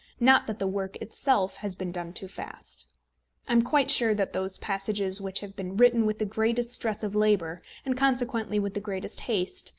not that the work itself has been done too fast. i am quite sure that those passages which have been written with the greatest stress of labour, and consequently with the greatest haste,